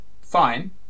fine